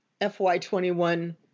FY21